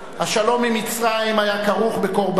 השלום עם מצרים היה כרוך בקורבנות.